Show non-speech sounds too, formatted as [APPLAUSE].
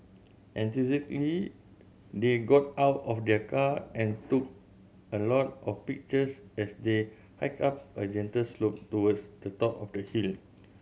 [UNINTELLIGIBLE] they got out of their car and took a lot of pictures as they hiked up a gentle slope towards the top of the hill